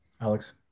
Alex